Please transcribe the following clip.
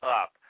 up